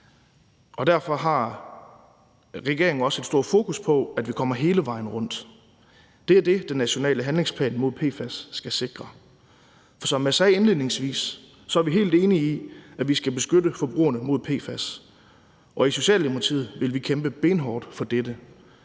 derfor har regeringen også et stort fokus på, at vi kommer hele vejen rundt. Det er det, den nationale handlingsplan mod PFAS skal sikre. For som jeg sagde indledningsvis, er vi helt enige i, at vi skal beskytte forbrugerne mod PFAS. Og i Socialdemokratiet vil vi kæmpe benhårdt for dette.